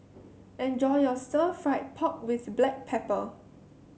enjoy your Stir Fried Pork with Black Pepper